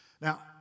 now